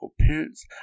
parents